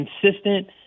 consistent